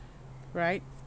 right